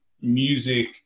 music